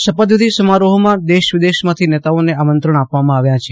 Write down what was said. શપથવિધિ સમારોહમાં દેશવિદેશમાંથી નેતાઓને આમંત્રણ આપવામાં આવ્યા છે